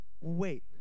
wait